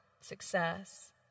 success